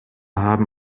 haben